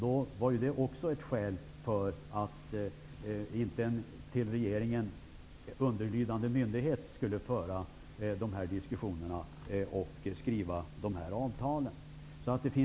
Det var också ett skäl till att inte en regeringen underlydande myndighet skulle föra diskussionerna och skriva avtalen.